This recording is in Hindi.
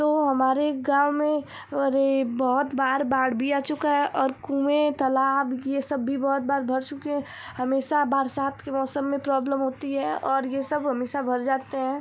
तो हमारे गाँव में अरे बहुत बार बाढ़ भी आ चुका है और कुएँ तलाब ये सब भी बहुत बार भर चुके हैं हमेशा बरसात के मौसम में प्रॉब्लम होती है और यह सब हमेशा भर जाते हैं